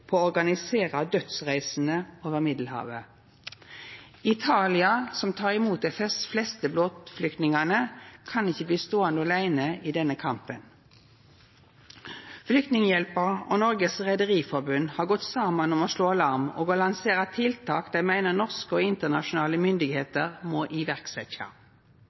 på å organisera dødsreisene over Middelhavet. Italia, som tek mot dei fleste båtflyktningane, kan ikkje bli ståande åleine i denne kampen. Flyktninghjelpen og Norges Rederiforbund har gått saman om å slå alarm og om å lansera tiltak dei meiner norske og internasjonale myndigheiter må